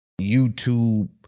YouTube